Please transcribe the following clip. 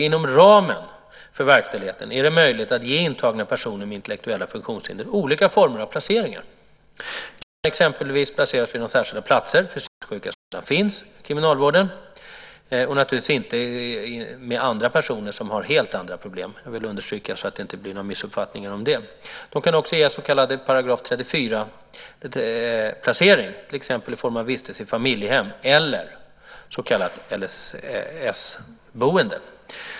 Inom ramen för verkställigheten är det möjligt att ge intagna personer med intellektuella funktionshinder olika former av placeringar. Till exempel finns särskilda platser för psykiskt funktionshindrade i kriminalvården - naturligtvis inte med personer som har helt andra problem. Jag vill understryka det så att det inte blir några missuppfattningar. De kan också ges så kallade § 34-placeringar, till exempel i form av vistelse i familjehem eller så kallat LSS-boende.